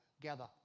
gather